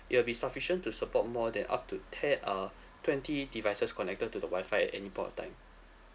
it will be sufficient to support more than up to te~ uh twenty devices connected to the wi-fi at any point of time